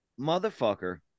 motherfucker